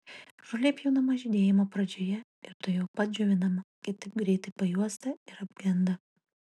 žolė pjaunama žydėjimo pradžioje ir tuojau pat džiovinama kitaip greitai pajuosta ir apgenda